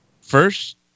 First